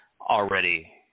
already